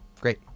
Great